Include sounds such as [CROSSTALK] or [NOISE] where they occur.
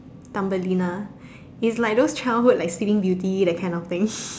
Thumbelina is like those childhood like sleeping beauty that kind of thing [LAUGHS]